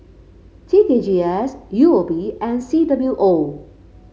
T K G S U O B and C W O